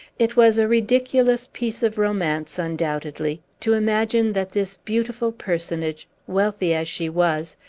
it was a ridiculous piece of romance, undoubtedly, to imagine that this beautiful personage, wealthy as she was,